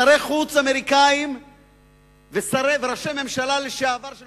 שרי חוץ אמריקנים וראשי ממשלה לשעבר של